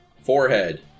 Forehead